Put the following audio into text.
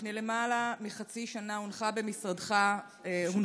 לפני למעלה מחצי שנה הונחה משרדך לחבר